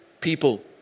people